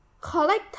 Collect